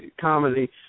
comedy